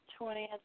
20th